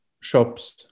Shops